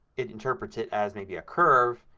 it interprets it as maybe a curve,